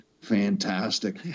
fantastic